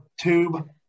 tube